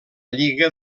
lliga